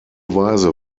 weise